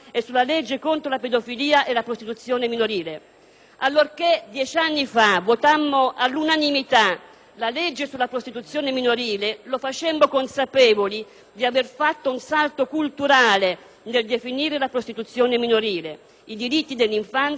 Allorché dieci anni fa votammo all'unanimità la legge sulla prostituzione minorile, lo facemmo consapevoli di aver fatto un salto culturale nel definire la prostituzione minorile, i diritti dell'infanzia e il ruolo degli adulti e della comunità nei loro confronti.